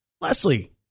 Leslie